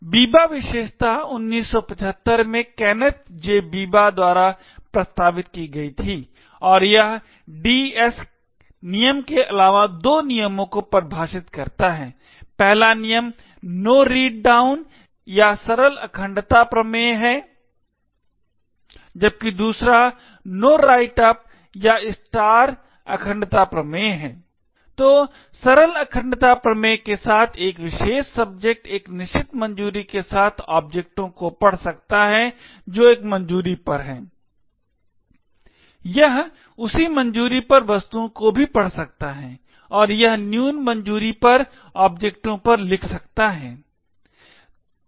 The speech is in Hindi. Biba विशेषता 1975 में Kenneth J Biba द्वारा प्रस्तावित की गई थी और यह DS नियम के अलावा दो नियमों को परिभाषित करती है पहला नियम no read down या सरल अखंडता प्रमेय है जबकि दूसरा no write up या स्टार अखंडता प्रमेय है तो सरल अखंडता प्रमेय के साथ एक विशेष सब्जेक्ट एक निश्चित मंजूरी के साथ ओब्जेक्टों को पढ़ सकता है जो एक मंजूरी पर हैं यह उसी मंजूरी पर वस्तुओं को भी पढ़ सकता है और यह न्यून मंजूरी पर ओब्जेक्टों पर लिख सकता है